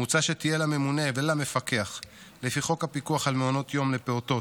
מוצע שתהיה לממונה ולמפקח לפי חוק הפיקוח על מעונות יום לפעוטות